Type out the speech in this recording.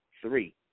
three